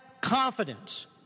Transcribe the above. confidence